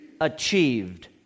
achieved